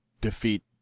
defeat